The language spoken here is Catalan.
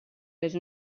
les